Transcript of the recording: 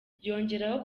yongeraho